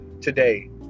today